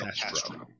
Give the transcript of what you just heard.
Castro